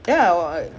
it was still like